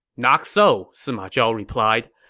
not so, sima zhao replied.